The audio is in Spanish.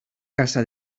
casa